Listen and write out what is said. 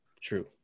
True